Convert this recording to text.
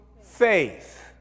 faith